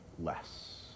less